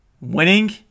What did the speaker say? winning